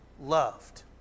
loved